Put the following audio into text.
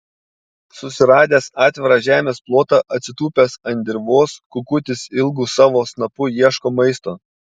susiradęs atvirą žemės plotą atsitūpęs ant dirvos kukutis ilgu savo snapu ieško maisto